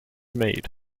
maid